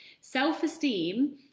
Self-esteem